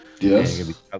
Yes